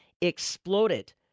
exploded